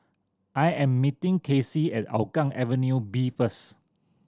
I am meeting Kaycee at Hougang Avenue B first